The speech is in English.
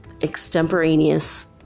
extemporaneous